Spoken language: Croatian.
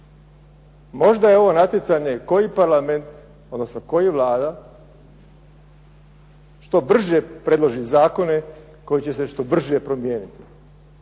možda je ovo natjecanje koji parlament, koji Vlada što brže predloži zakone koji će se što brže promijeniti.